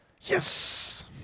Yes